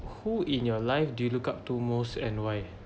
who in your life do you look up to most and why